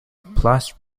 plus